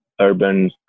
urban